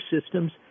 systems